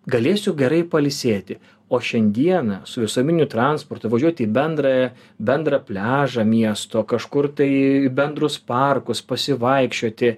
galėsiu gerai pailsėti o šiandieną su visuomeniniu transportu važiuoti į bendrą bendrą pliažą miesto kažkur tai bendrus parkus pasivaikščioti